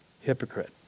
hypocrite